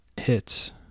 hits